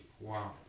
Wow